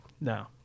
no